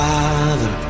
Father